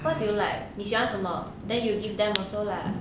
what do you like 你喜欢什么 then you give them also lah